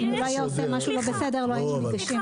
אם הוא לא היה עושה משהו לא בסדר לא היינו נפגשים.